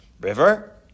river